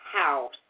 house